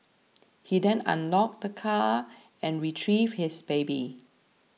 he then unlocked the car and retrieved his baby